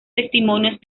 testimonios